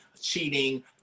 cheating